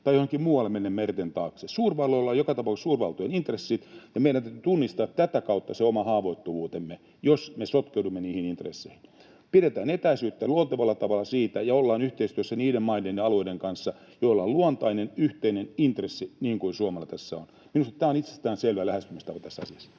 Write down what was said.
tai johonkin muualle mennä merten taakse. Suurvalloilla on joka tapauksessa suurvaltojen intressit, ja meidän täytyy tunnistaa tätä kautta se oma haavoittuvuutemme, jos me sotkeudumme niihin intresseihin. Pidetään niistä etäisyyttä luontevalla tavalla ja ollaan yhteistyössä niiden maiden ja alueiden kanssa, joilla on luontainen, yhteinen intressi, niin kuin Suomella tässä on. Minusta tämä on itsestäänselvä lähestymistapa tässä asiassa.